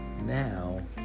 now